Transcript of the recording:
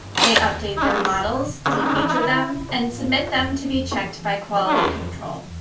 they update their models, defeature them, and submit them to be checked by quality control.